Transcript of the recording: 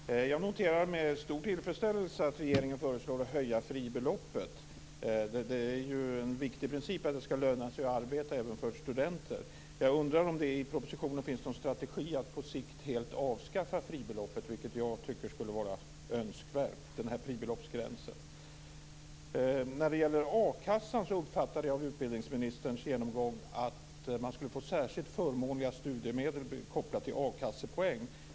Fru talman! Jag noterar med stor tillfredsställelse att regeringen föreslår att höja fribeloppet. Det är ju en viktig princip att det ska löna sig att arbeta även för studenter. Jag undrar om det i propositionen finns någon strategi för att på sikt helt avskaffa fribeloppsgränsen, vilket jag tycker skulle vara önskvärt. När det gäller a-kassan uppfattade jag av utbildningsministerns genomgång att man skulle få särskilt förmånliga studiemedel kopplat till a-kassepoäng.